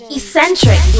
Eccentric